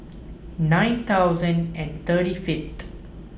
nine thousand and thirty fiveth